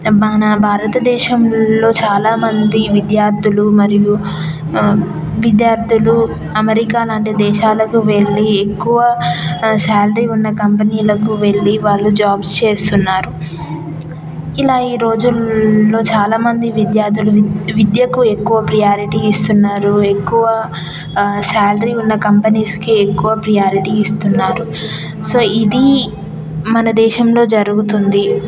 మన భారతదేశంలో చాలా మంది విద్యార్థులు మరియు విద్యార్థులు అమెరికా లాంటి దేశాలకు వెళ్ళి ఎక్కువ శాలరీ ఉన్న కంపెనీలకు వెళ్ళి వాళ్ళు జాబ్స్ చేస్తున్నారు ఇలా ఈ రోజుల్లో చాలామంది విద్యార్థులు విద్యకు ఎక్కువ ప్రయారిటీ ఇస్తున్నారు ఎక్కువ శాలరీ ఉన్న కంపెనీస్కి ఎక్కువ ప్రయారిటీ ఇస్తున్నారు సో ఇది మన దేశంలో జరుగుతుంది